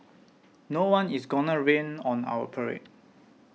no one is gonna rain on our parade